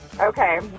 Okay